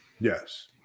Yes